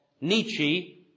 Nietzsche